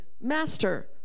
Master